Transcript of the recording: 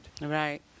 Right